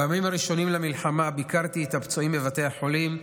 בימים הראשונים למלחמה ביקרתי את הפצועים בבתי החולים.